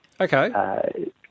Okay